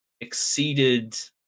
exceeded